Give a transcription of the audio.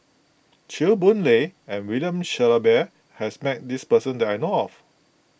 Chew Boon Lay and William Shellabear has met this person that I know of